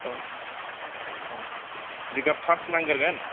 औ औ औ जिगाब फास नांगोरगोन